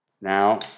Now